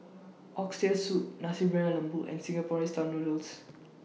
Oxtail Soup Nasi Briyani Lembu and Singapore Noodles